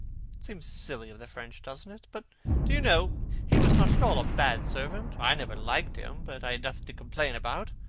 it seems silly of the french, doesn't it? but do you know he was not at all a bad servant. i never liked him, but i had nothing to complain about.